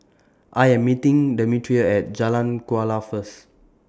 I Am meeting Demetria At Jalan Kuala First